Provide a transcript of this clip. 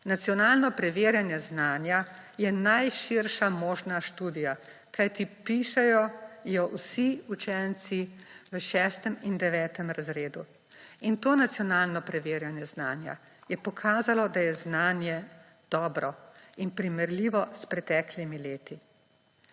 Nacionalno preverjanje znanja je najširša možna študija, kajti pišejo jo vsi učenci v šestem in devetem razredu. To nacionalno preverjanje znanje je pokazalo, da je znanje dobro in primerljivo s preteklimi leti.